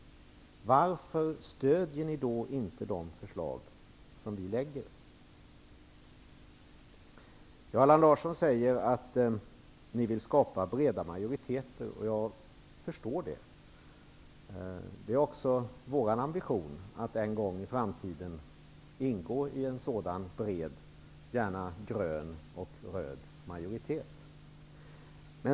Varför stödjer ni då inte våra framlagda förslag? Allan Larsson säger att ni vill skapa breda majoriteter, och det förstår jag. Det är också vår ambition att en gång i framtiden ingå i en sådan bred, gärna grön och röd, majoritet.